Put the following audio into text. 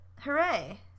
Hooray